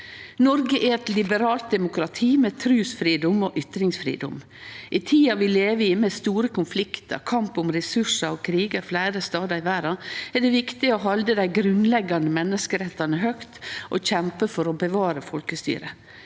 Noreg er eit liberalt demokrati med trusfridom og ytringsfridom. I tida vi lever i – med store konfliktar, kamp om ressursar og krigar fleire stader i verda – er det viktig å halde dei grunnleggjande menneskerettane høgt og kjempe for å bevare folkestyret.